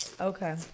Okay